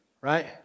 Right